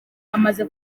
amaze